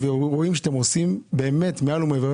רואים שאתם עושים באמת מעל ומעבר.